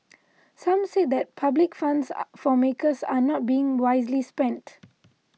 some said that public funds for makers are not being wisely spent